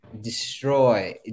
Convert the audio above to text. destroy